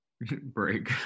break